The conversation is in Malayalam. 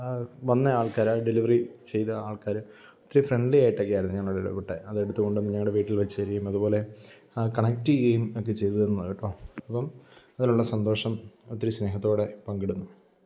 വന്ന ആൾക്കാര് ആ ഡെലിവറി ചെയ്ത ആൾക്കാര് ഒത്തിരി ഫ്രണ്ട്ലിയായിട്ടൊക്കെയായിരുന്നു ഞങ്ങളോട് ഇടപെട്ടെ അതെടുത്തുകൊണ്ട് വന്ന് ഞങ്ങളുടെ വീട്ടിൽ വച്ചുതരികയും അതുപോലെ അത് കണക്റ്റെയെം ഒക്കെ ചെയ്തു തന്നു കേട്ടോ അപ്പോള് അതിനുള്ള സന്തോഷം ഒത്തിരി സ്നേഹത്തോടെ പങ്കിടുന്നു